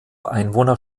einwohner